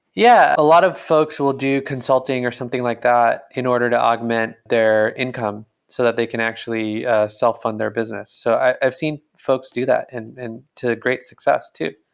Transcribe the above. yeah, a lot of folks will do consulting or something like that in order to augment their income so that they can actually self-fund their business. so i've seen folks do that and and to great success too.